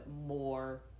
more